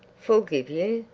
forgive you?